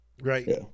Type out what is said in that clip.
right